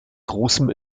großem